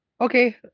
okay